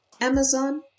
Amazon